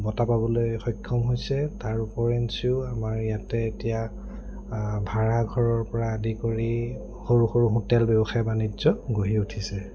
বঁটা পাবলৈ সক্ষম হৈছে তাৰ ওপৰঞ্চিও আমাৰ ইয়াতে এতিয়া ভাড়া ঘৰৰপৰা আদি কৰি সৰু সৰু হোটেল ব্যৱসায় বাণিজ্য গঢ়ি উঠিছে